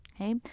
Okay